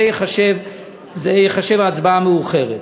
זה ייחשב הצבעה מאוחרת.